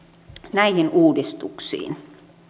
näihin uudistuksiin